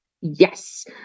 Yes